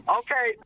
okay